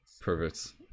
perfect